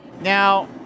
Now